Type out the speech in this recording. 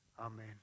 Amen